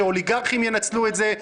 שאוליגרכים ינצלו את זה,